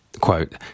quote